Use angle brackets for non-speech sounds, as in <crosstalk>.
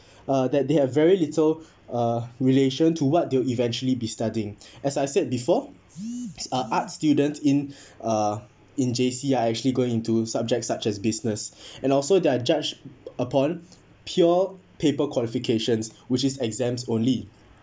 <breath> uh that they have very little uh relation to what they'll eventually be studying <breath> as I said before uh art students in uh in J_C are actually going into subject such as business <breath> and also their judged upon pure paper qualifications which is exams only